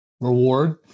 Reward